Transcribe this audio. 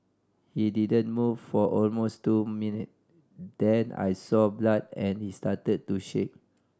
he didn't move for almost two minutes then I saw blood and he started to shake